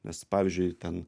nes pavyzdžiui ten